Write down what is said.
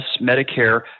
Medicare